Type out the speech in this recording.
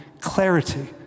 clarity